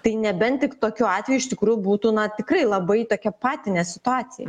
tai nebent tik tokiu atveju iš tikrųjų būtų na tikrai labai tokia patinė situacija